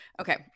okay